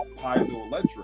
piezoelectric